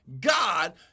God